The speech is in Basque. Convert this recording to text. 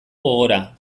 gogora